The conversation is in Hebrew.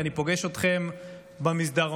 ואני פוגש אתכם במסדרונות,